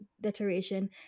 deterioration